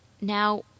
Now